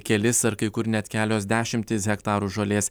kelis ar kai kur net kelios dešimtys hektarų žolės